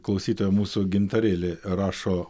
klausytoja mūsų gintarėlė rašo